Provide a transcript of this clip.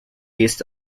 east